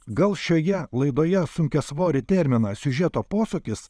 gal šioje laidoje sunkiasvorį terminą siužeto posūkis